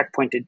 checkpointed